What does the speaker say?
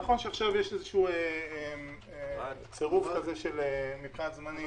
נכון שעכשיו יש צירוף מבחינת זמנים,